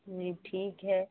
جی ٹھیک ہے